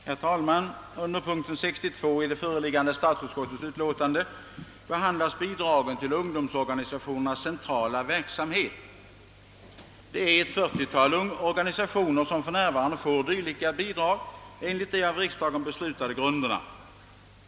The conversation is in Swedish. Herr talman! Under punkt 62 i statsutskottets utlåtande nr 52 behandlas bidragen till ungdomsorganisationernas centrala verksamhet. Det är ett 40-tal organisationer som för närvarande får dylika bidrag enligt de av riksdagen beslutade grunderna.